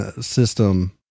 system